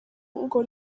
ngo